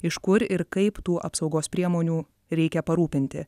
iš kur ir kaip tų apsaugos priemonių reikia parūpinti